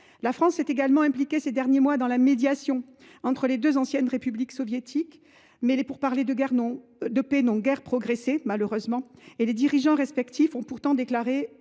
La France s’est également impliquée ces derniers mois dans la médiation entre les deux anciennes républiques soviétiques. Mais les pourparlers de paix n’ont guère progressé, malheureusement, même si les dirigeants respectifs ont déclaré